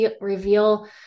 reveal